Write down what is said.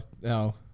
no